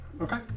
Okay